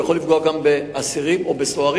הוא יכול לפגוע גם באסירים ובסוהרים,